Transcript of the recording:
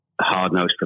hard-nosed